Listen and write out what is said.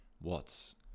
Watts